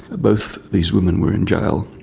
both these women were in jail,